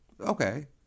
okay